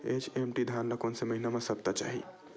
HMT धान ल कोन से महिना म सप्ता चाही?